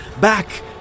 Back